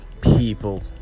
people